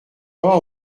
pas